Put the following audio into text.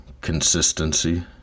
consistency